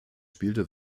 spielte